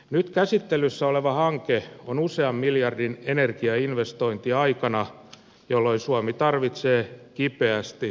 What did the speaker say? nyt käsittelyssä oleva hanke on usean miljardin energiainvestointi aikana jolloin suomi tarvitsee kipeästi uusia investointeja